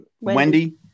Wendy